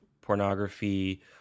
pornography